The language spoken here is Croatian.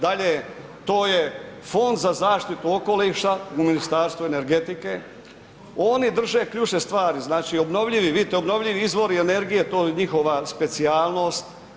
Dalje, to je Fond za zaštitu okoliša u Ministarstvu energetike, oni drže ključne stvari, znači obnovljivi izvori energije, to je njihova specijalnost.